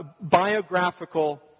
biographical